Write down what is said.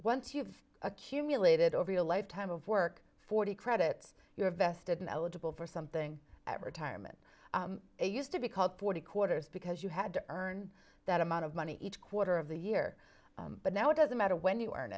once you've accumulated over a lifetime of work forty credits you have vested in eligible for something at retirement age used to be called forty quarters because you had to earn that amount of money each quarter of the year but now it doesn't matter when you earn i